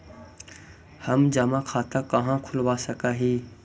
हम जमा खाता कहाँ खुलवा सक ही?